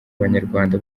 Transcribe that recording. abanyarwanda